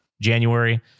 January